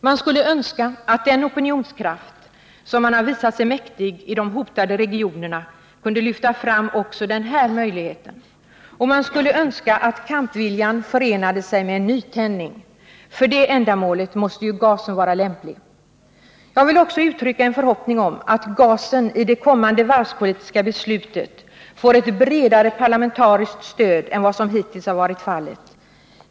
Man skulle önska att den opinionskraft som människorna i de hotade regionerna visat sig mäktiga kunde lyfta fram också den här möjligheten. Man skulle önska att kampviljan förenade sig med en nytändning. För det ändamålet måste ju gasen vara lämplig. Jag vill också uttrycka en förhoppning om att gasen i det kommande varvspolitiska beslutet får ett bredare parlamentariskt stöd än vad som hittills har varit fallet.